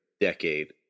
decade